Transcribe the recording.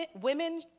women